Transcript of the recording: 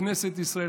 כנסת ישראל,